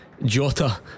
Jota